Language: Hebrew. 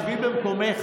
שבי במקומך,